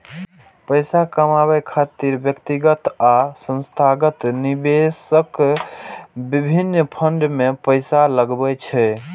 पैसा कमाबै खातिर व्यक्तिगत आ संस्थागत निवेशक विभिन्न फंड मे पैसा लगबै छै